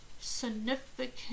Significant